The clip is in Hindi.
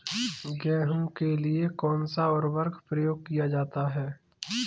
गेहूँ के लिए कौनसा उर्वरक प्रयोग किया जाता है?